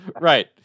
right